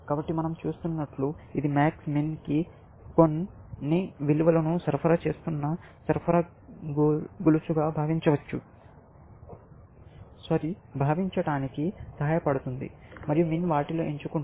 కాబట్టి మనం చూసేటట్లు ఇది MAX MIN కి కొన్ని విలువలను సరఫరా చేస్తున్న సరఫరా గొలుసుగా భావించటానికి సహాయపడుతుంది మరియు MIN వాటిలో ఎంచుకుంటుంది